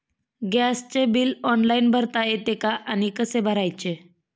गॅसचे bill online भरता येते का आणि कसे भरायचे?